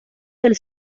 del